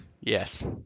yes